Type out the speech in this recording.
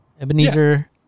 Ebenezer